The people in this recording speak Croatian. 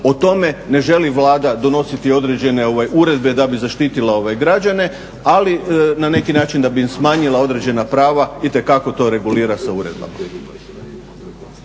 o tome ne želi Vlada donositi određene uredbe da bi zaštitila građane, ali na neki način da bi im smanjila određena prava itekako to regulira sa uredbama.